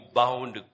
bound